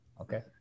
Okay